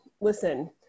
listen